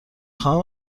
خواهم